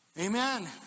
Amen